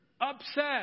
upset